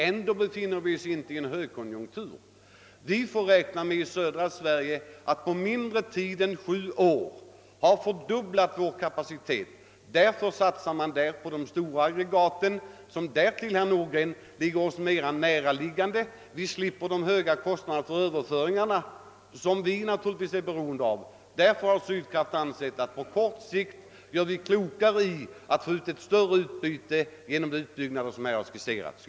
ändå befinner vi oss inte i en högkonjunktur. Vi får i södra Sverige räkna med att vi på mindre tid än sju år har fördubblat vår kapacitet. Man satsar därför på de stora aggregaten, som därtill, herr Nordgren, ligger närmare till. Vi slipper därigenom de höga kostnaderna för överföring av kraften som vi naturligtvis är beroende av. Sydkraft har därför ansett att man på kort sikt gör klokare i att göra de utbyggnader som här skisserats för att få ett större utbyte.